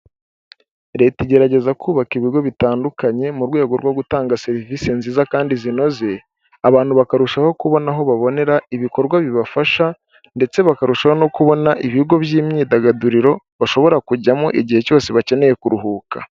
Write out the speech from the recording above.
Leta igerageza kubaka ibigo bitandukanye mu rwego rwo gutanga serivisi nziza kandi zinoze, abantu bakarushaho kubona aho babonera ibikorwa bibafasha ndetse bakarushaho no kubona ibigo by'imyidagaduriro bashobora kujyamo igihe cyose bakeneye kuruhuka.